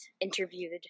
interviewed